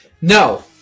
No